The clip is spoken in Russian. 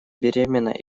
беременна